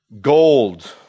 gold